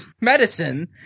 medicine